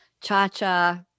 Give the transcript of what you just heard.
cha-cha